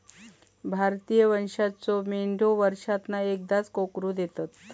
भारतीय वंशाच्यो मेंढयो वर्षांतना एकदाच कोकरू देतत